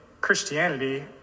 Christianity